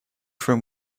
trim